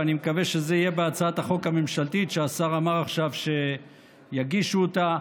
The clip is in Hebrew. ואני מקווה שזה יהיה בהצעת החוק הממשלתית שהשר אמר עכשיו שיגישו אותה,